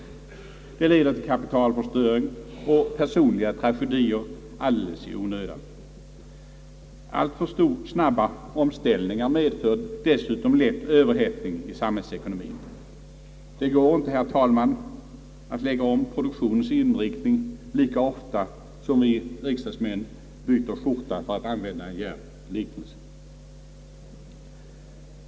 Detta leder till kapitalförstöring och personliga tragedier alldeles i onödan, Alltför snabba omställningar medför dessutom lätt överhettning i samhällsekonomien. Det går inte, herr talman, att lägga om produktionens inriktning lika ofta som vi riksdagsmän byter skjorta, för att använda en djärv liknelse.